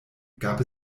gab